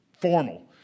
formal